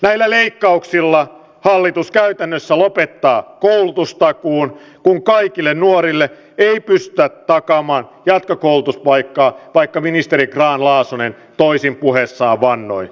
näillä leikkauksilla hallitus käytännössä lopettaa koulutustakuun kun kaikille nuorille ei pystytä takaamaan jatkokoulutuspaikkaa vaikka ministeri grahn laasonen toisin puheessaan vannoi